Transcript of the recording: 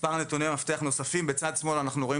מספר נתוני מפתח נוספים בצד שמאל אנחנו רואים